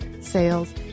sales